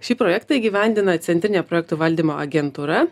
šį projektą įgyvendina centrinė projektų valdymo agentūra